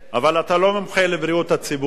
אבל אתה לא מומחה לבריאות הציבור,